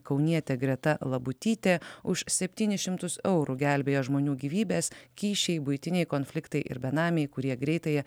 kaunietė greta labutytė už septynis šimtus eurų gelbėja žmonių gyvybes kyšiai buitiniai konfliktai ir benamiai kurie greitąją